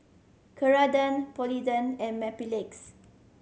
Ceradan Polident and Mepilex